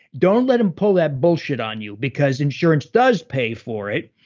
don't let him pull that bullshit on you because insurance does pay for it,